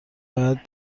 باید